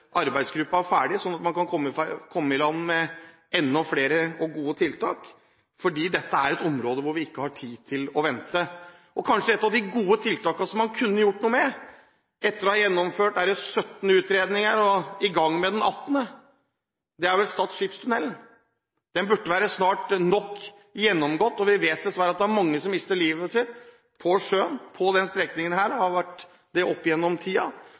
er ferdig, slik at man kan komme i gang med enda flere gode tiltak. Dette er et område hvor vi ikke har noen tid å miste. Kanskje ett av de gode tiltakene som man kunne ha gjort noe med – etter å ha gjennomført 17 utredninger og er i gang med den 18. – er Stad skipstunnel. Den burde vi snart ha gjennomgått nok. Vi vet dessverre at det er mange som mister livet på sjøen på denne strekningen. Det har det vært opp gjennom